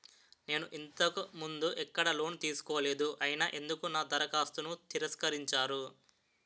నేను ఇంతకు ముందు ఎక్కడ లోన్ తీసుకోలేదు అయినా ఎందుకు నా దరఖాస్తును తిరస్కరించారు?